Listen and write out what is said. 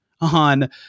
on